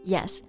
Yes